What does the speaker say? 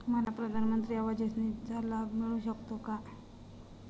मला प्रधानमंत्री आवास योजनेचा लाभ मिळू शकतो का?